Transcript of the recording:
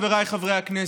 חבריי חברי הכנסת?